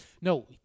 No